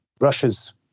Russia's